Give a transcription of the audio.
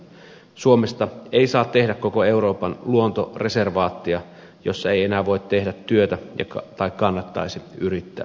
suomesta ei saa tehdä koko euroopan luontoreservaattia jossa ei voi enää tehdä työtä tai kannattavasti yrittää